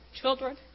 children